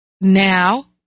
now